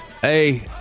Hey